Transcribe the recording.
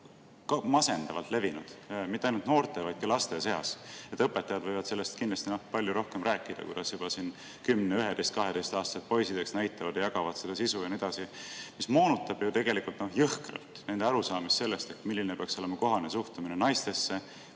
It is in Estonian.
on masendavalt levinud mitte ainult noorte, vaid ka laste seas. Õpetajad võivad sellest kindlasti palju rohkem rääkida, kuidas juba 10‑, 11‑, 12‑aastased poisid näitavad ja jagavad selle sisu ja nii edasi. See moonutab ju tegelikult jõhkralt nende arusaamist sellest, milline peaks olema kohane suhtumine naistesse,